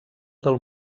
del